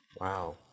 Wow